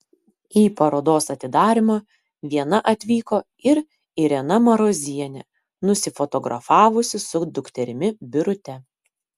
į parodos atidarymą viena atvyko ir irena marozienė nusifotografavusi su dukterimi birute